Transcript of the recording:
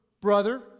brother